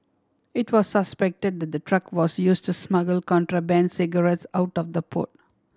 it was suspected that the truck was use to smuggle contraband cigarettes out of the port